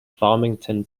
farmington